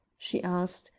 she asked,